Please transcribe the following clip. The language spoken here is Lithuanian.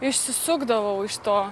išsisukdavau iš to